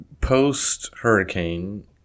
post-hurricane